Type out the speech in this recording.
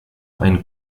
einen